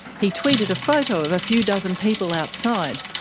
he tweeted a photo of a few dozen people outside,